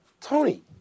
Tony